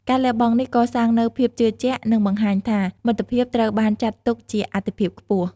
ការលះបង់នេះកសាងនូវ ភាពជឿជាក់ និងបង្ហាញថា មិត្តភាពត្រូវបានចាត់ទុកជាអាទិភាពខ្ពស់។